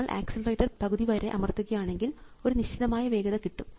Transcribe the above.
നിങ്ങൾ ആക്സിലറേറ്റർ പകുതിവരെ അമർത്തുകയാണെങ്കിൽ ഒരു നിശ്ചിതമായ വേഗത കിട്ടും